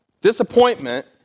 Disappointment